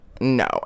No